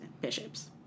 bishops